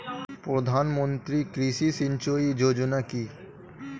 প্রধানমন্ত্রী কৃষি সিঞ্চয়ী যোজনা কি?